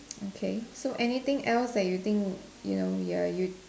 okay so anything else that you think you know ya you